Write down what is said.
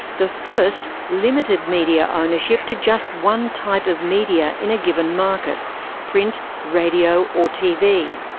the first limited media ownership to just one type of media in a given market print, radio or tv.